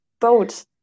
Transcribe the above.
boat